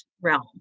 realm